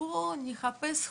"..בואו נחפש חלופות..",